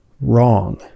wrong